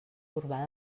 urbà